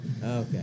Okay